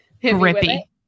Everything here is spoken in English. Grippy